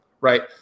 right